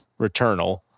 returnal